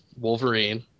Wolverine